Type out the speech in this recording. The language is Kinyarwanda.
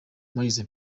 mzee